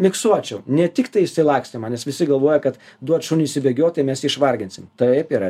miksuočiau ne tiktai išsilakstymą nes visi galvoja kad duot šuniui išsibėgiot tai mes jį išvarginsim taip yra